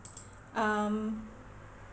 um